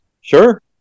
Sure